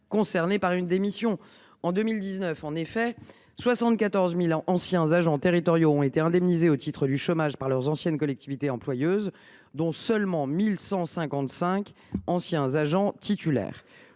concernés par une démission. En effet, en 2019, 74 000 anciens agents territoriaux ont été indemnisés au titre du chômage par leurs anciennes collectivités employeuses, dont seulement 1 155 anciens agents titulaires.